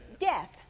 death